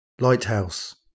Lighthouse